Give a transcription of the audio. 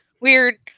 weird